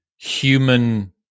Human